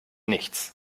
nichts